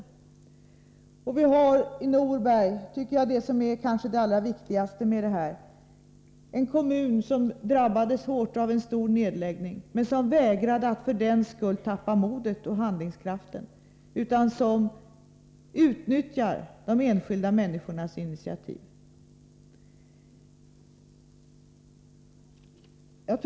Norberg — enligt min uppfattning viktigast i detta sammanhang — är en kommun som drabbats hårt av en omfattande nedläggning. Men för den skull har man inte tappat modet eller handlingskraften. I stället har man utnyttjat de enskilda människornas initiativ.